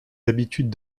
habitudes